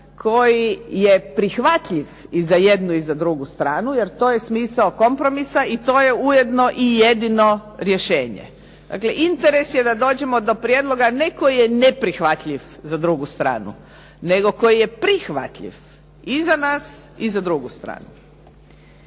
koji je prihvatljiv i za jednu i za drugu stranu jer to je smisao kompromisa i to je ujedno i jedino rješenje. Dakle, interes je da dođemo do prijedloga ne koji je neprihvatljiv za drugu stranu nego koji je prihvatljiv i za nas i za drugu stranu.